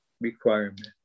requirement